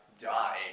die